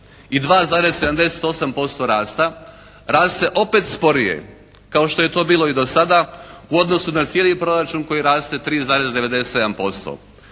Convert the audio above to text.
i 2,78% rasta raste opet sporije kao što je to bilo i dosada u odnosu na cijeli proračun koji raste 3,97%.